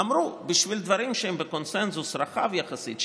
אמרו: בשביל דברים שהם בקונסנזוס רחב יחסית,